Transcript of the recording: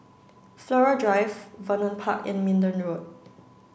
Flora Drive Vernon Park and Minden Road